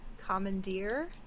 Commandeer